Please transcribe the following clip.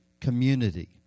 community